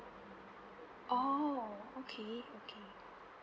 orh okay okay